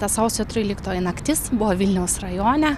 ta sausio tryliktoji naktis buvo vilniaus rajone